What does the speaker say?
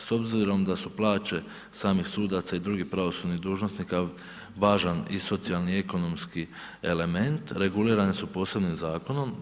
S obzirom da su plaće samih sudaca i drugih pravosudnih dužnosnika važan i socijalni ekonomski element, regulirane su posebnim zakonom.